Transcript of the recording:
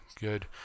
good